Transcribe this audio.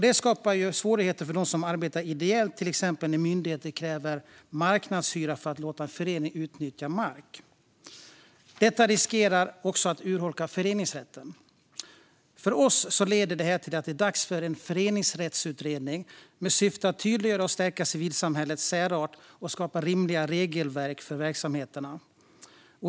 Detta skapar svårigheter för dem som arbetar ideellt, till exempel när myndigheter kräver marknadshyra för att låta en förening utnyttja mark. Detta riskerar också att urholka föreningsrätten. För oss leder det här till att det är dags för en föreningsrättsutredning med syftet att tydliggöra och stärka civilsamhällets särart och skapa rimliga regelverk för verksamheterna.